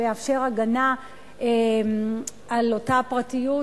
שמאפשרים הגנה על אותה פרטיות,